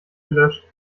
gelöscht